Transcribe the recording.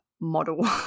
model